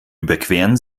überqueren